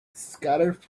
scattered